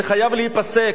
זה חייב להיפסק.